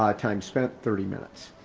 um time spent thirty minutes.